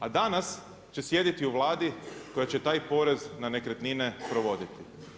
A danas, će sjediti u Vladi koja će taj porez na nekretnine provoditi.